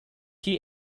sign